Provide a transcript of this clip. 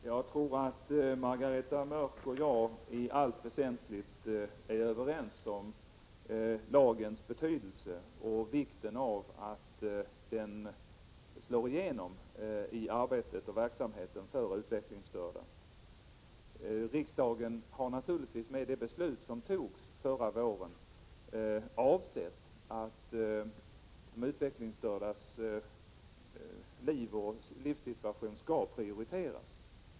Herr talman! Jag tror att Margareta Mörck och jag i allt väsentligt är överens om lagens betydelse och om vikten av att den slår igenom i arbetet och verksamheten för de utvecklingsstörda. Riksdagen har naturligtvis med det beslut som fattades förra våren avsett att de utvecklingsstördas liv och livssituation skall prioriteras.